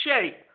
shape